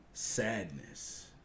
Sadness